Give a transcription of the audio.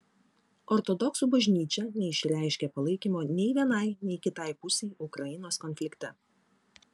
ortodoksų bažnyčia neišreiškė palaikymo nei vienai nei kitai pusei ukrainos konflikte